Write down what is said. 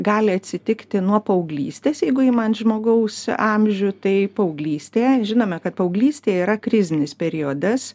gali atsitikti nuo paauglystės jeigu imant žmogaus amžių tai paauglystėje žinome kad paauglystė yra krizinis periodas